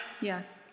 yes